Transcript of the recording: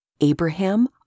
Abraham